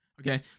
Okay